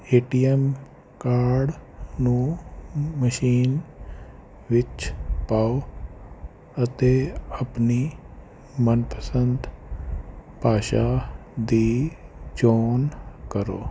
ਏ T M card ਨੂੰ machine ਵਿੱਚ ਪਾਓ ਅਤੇ ਆਪਣੀ ਮਨਪਸੰਦ ਭਾਸ਼ਾ ਦੀ ਚੋਣ ਕਰੋ